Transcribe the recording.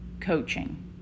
coaching